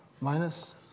minus